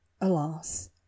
Alas